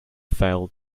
failed